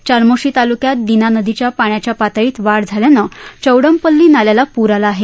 चामोर्शी तालुक्यात दिना नदीच्या पाण्याच्या पातळीत वाढ झाल्यानं चौडमपल्ली नाल्याला पूर आला आहे